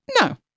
No